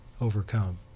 overcome